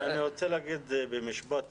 אני רוצה להגיד משפט סיכום: